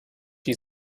die